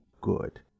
good